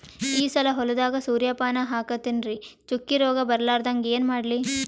ಈ ಸಲ ಹೊಲದಾಗ ಸೂರ್ಯಪಾನ ಹಾಕತಿನರಿ, ಚುಕ್ಕಿ ರೋಗ ಬರಲಾರದಂಗ ಏನ ಮಾಡ್ಲಿ?